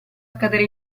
accadere